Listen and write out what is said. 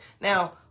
Now